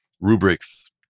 rubrics